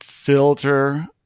filter